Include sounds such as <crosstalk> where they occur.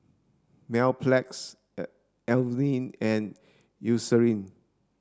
Mepilex <noise> Avene and Eucerin